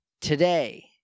today